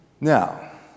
Now